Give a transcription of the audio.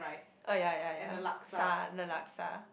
oh ya ya ya ~sa the laksa